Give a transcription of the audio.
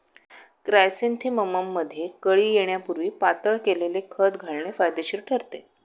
क्रायसॅन्थेमममध्ये कळी येण्यापूर्वी पातळ केलेले खत घालणे फायदेशीर ठरते